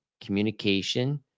communication